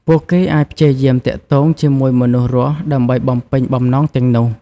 ពួកគេអាចព្យាយាមទាក់ទងជាមួយមនុស្សរស់ដើម្បីបំពេញបំណងទាំងនោះ។